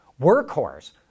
Workhorse